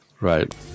right